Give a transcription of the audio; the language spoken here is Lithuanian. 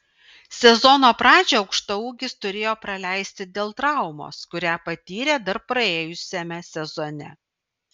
sezono pradžią aukštaūgis turėjo praleisti dėl traumos kurią patyrė dar praėjusiame sezone